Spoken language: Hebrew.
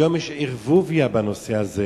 היום יש ערבוביה בנושא הזה